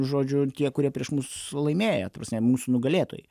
žodžiu tie kurie prieš mus laimėjo ta prasme mūsų nugalėtojai